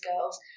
girls